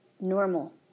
normal